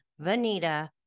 Vanita